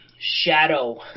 shadow